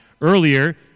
earlier